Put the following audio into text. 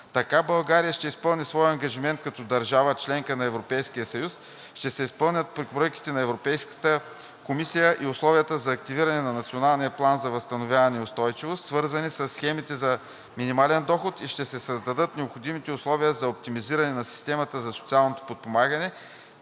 Така България ще изпълни своя ангажимент като държава – членка на Европейския съюз, ще се изпълнят препоръките на Европейската комисия и условията за активиране на Националния план за възстановяване и устойчивост, свързани със схемите за минимален доход, и ще се създадат необходимите условия за оптимизиране на системата за социално подпомагане